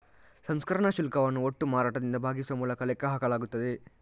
ಸಂಸ್ಕರಣಾ ಶುಲ್ಕವನ್ನು ಒಟ್ಟು ಮಾರಾಟದಿಂದ ಭಾಗಿಸುವ ಮೂಲಕ ಲೆಕ್ಕ ಹಾಕಲಾಗುತ್ತದೆ